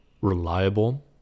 reliable